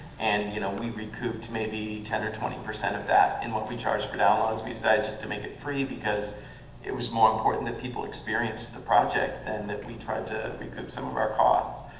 and you know we recouped maybe ten or twenty percent of that in what we charge for downloads. we decided just to make it free because it was more important that people experienced the project than that we try to recoup some of our costs.